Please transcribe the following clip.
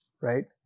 right